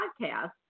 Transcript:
podcast